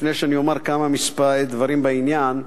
לפני שאני אומר כמה דברים בעניין,